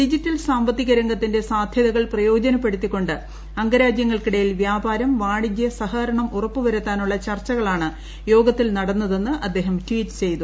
digital സാമ്പത്തിക രംഗത്തിന്റെ സാധൃതകൾ പ്രയോജനപ്പെടുത്തികൊണ്ട് അംഗരാജ്യങ്ങൾക്കിടയിൽ വ്യാപാരം വാണിജ്യ സഹകരണം ഉറപ്പുവരുത്താനുള്ള ചർച്ചകളാണ് യോഗത്തിൽ നടന്നതെന്ന് അദ്ദേഹം ട്ടീറ്റ് ചെയ്തു